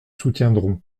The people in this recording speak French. soutiendrons